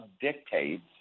dictates